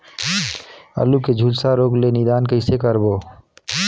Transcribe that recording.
आलू के झुलसा रोग ले निदान कइसे करबो?